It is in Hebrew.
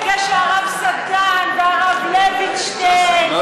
בגלל שהרב סדן והרב לוינשטיין,